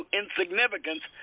insignificance